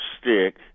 stick –